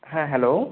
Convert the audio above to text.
হ্যাঁ হ্যালো